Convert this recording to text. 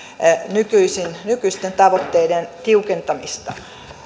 nykyisten tavoitteiden tiukentamista